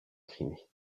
crimée